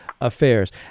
Affairs